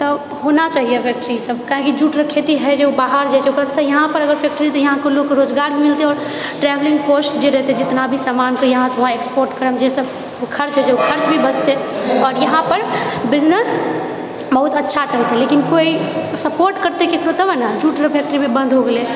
तऽ होना चाहिए फैक्ट्रीसब काहेकि जूटके फैक्ट्री है जे बाहर जाइछेै ओकरसँ यहाँपर अगर फैक्ट्री रहतै तऽ यहाँके लोगके रोजगार मिलतै आओर ट्रेवलिंग कॉस्ट जे रहते जितना भी सामानके यहाँसे वहाँ एक्सपोर्ट करयमे जे सब खर्च होइछे ओ खर्च भी बचतै आओर यहाँपर बिजनेस बहुत अच्छा चलतै लेकिन कोइ सपोर्ट करते तब ने जूटके फैक्ट्री भी बन्द हो गेलेै